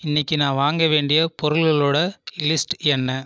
இன்றைக்கி நான் வாங்க வேண்டிய பொருள்களோடய லிஸ்ட் என்ன